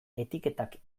etiketak